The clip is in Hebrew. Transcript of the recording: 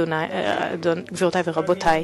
גבירותי ורבותי,